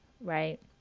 right